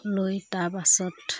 লৈ তাৰ পাছত